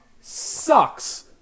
sucks